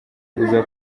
uza